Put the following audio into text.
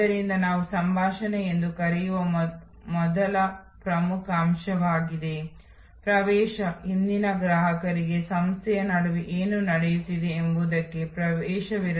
ಆದ್ದರಿಂದ ನಿಮಗೆ ದೃಶ್ಯೀಕರಿಸುವುದು ಸುಲಭವಾಗುತ್ತದೆ ಮತ್ತು ಈ ರೀತಿಯ ಹೆಚ್ಚು ಹವಳದ ಹೆಚ್ಚು ವಿವರವಾದ ನೀಲಿ ಮುದ್ರಣಗಳನ್ನು ಅಭಿವೃದ್ಧಿಪಡಿಸಿ